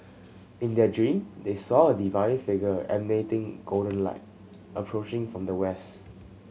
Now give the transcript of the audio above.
in their dream they saw a divine figure emanating golden light approaching from the west